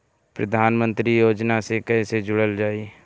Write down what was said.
प्रधानमंत्री योजना से कैसे जुड़ल जाइ?